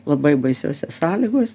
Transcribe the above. labai baisios sąlygos